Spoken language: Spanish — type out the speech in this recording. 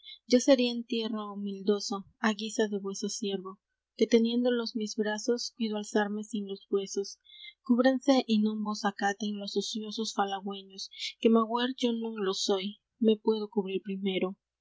yo seré en tierra homildoso á guisa de vueso siervo que teniendo los mis brazos cuido alzarme sin los vuesos cúbranse y non vos acaten los ociosos falagüeños que magüer yo non lo soy me puedo cubrir primero